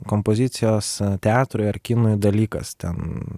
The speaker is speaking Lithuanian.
kompozicijos teatrui ar kinui dalykas ten